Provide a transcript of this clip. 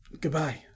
Goodbye